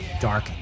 Dark